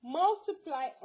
multiply